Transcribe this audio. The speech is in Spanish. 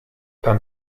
tan